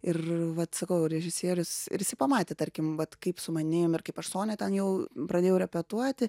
ir vat sakau režisierius ir jisai pamatė tarkim vat kaip su manim ir kaip aš sonę ten jau pradėjau repetuoti